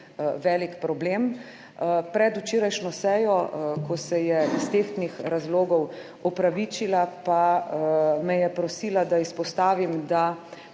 velik problem. Pred včerajšnjo sejo, ko se je iz tehtnih razlogov opravičila, pa me je prosila, da izpostavim